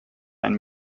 einen